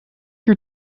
your